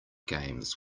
games